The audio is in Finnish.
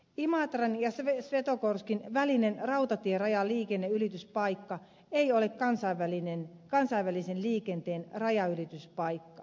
imatran ja svetogorskin välinen rautatierajaliikenneylityspaikka ei ole kansainvälisen liikenteen rajanylityspaikka